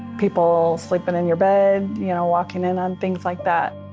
people sleeping in your bed, you know walking in and things like that.